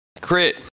crit